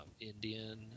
indian